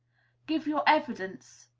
give your evidence,